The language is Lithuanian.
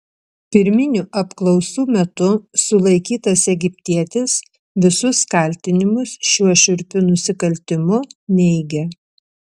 pirminių apklausų metu sulaikytas egiptietis visus kaltinimus šiuo šiurpiu nusikaltimu neigia